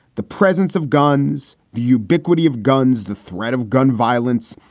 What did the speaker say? the presence of guns, the ubiquity of guns, the threat of gun violence,